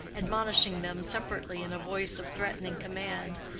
admonishing them separately in a voice of threatening command,